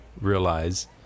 realize